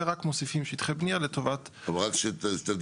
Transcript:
ורק מוסיפים שטחי בנייה לטובת --- כשאתה